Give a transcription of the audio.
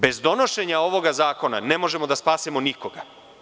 Bez donošenja ovog zakona ne možemo da spasemo nikoga.